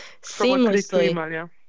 seamlessly